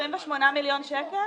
28 מיליון שקל?